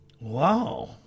Wow